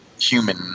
human